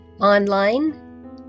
Online